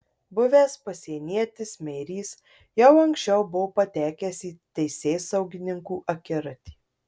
buvęs pasienietis meirys jau anksčiau buvo patekęs į teisėsaugininkų akiratį